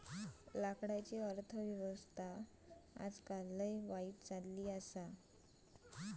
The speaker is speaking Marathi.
लाकडाची अर्थ व्यवस्था आजकाल लय वाईट चलली आसा